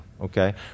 okay